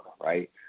Right